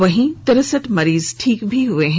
वहीं तिरसठ मरीज ठीक हुए हैं